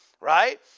right